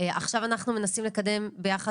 עכשיו אנחנו מנסים לקדם ביחד,